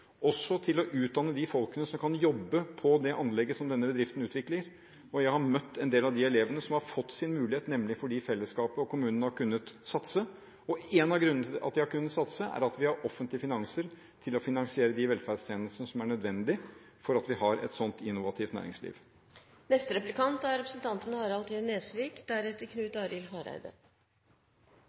også i de deler av landet hvor denne bedriften ligger, og til å utdanne de folkene som kan jobbe på det anlegget denne bedriften utvikler. Jeg har møtt en del av de elevene som har fått sin mulighet, nemlig fordi fellesskapet og kommunen har kunnet satse. En av grunnene til at de har kunnet satse, er at vi har offentlige finanser til å finansiere de velferdstjenestene som er nødvendige for at vi har et innovativt næringsliv. Jeg skal stille spørsmålet til representanten